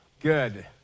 Good